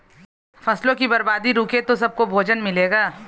फसलों की बर्बादी रुके तो सबको भोजन मिलेगा